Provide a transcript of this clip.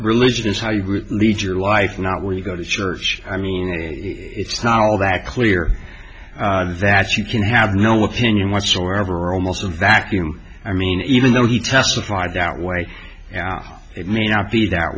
religion is how you lead your life not where you go to church i mean it's not all that clear that you can have no opinion whatsoever almost a vacuum i mean even though he testified that way now it may not be that